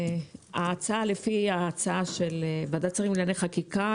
לפי ההצעה של ועדת שרים לענייני חקיקה,